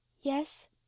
Yes